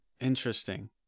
Interesting